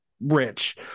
rich